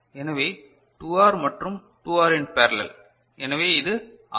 எனவே 2R மற்றும் 2R இன் பேரலல் எனவே இது ஆர்